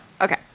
Okay